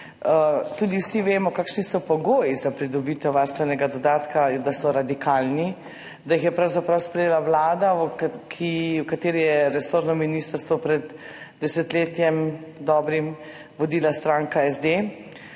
Tudi vsi vemo, kakšni so pogoji za pridobitev varstvenega dodatka, da so radikalni, da jih je pravzaprav sprejela vlada, v kateri je resorno ministrstvo pred dobrim desetletjem vodila stranka SD,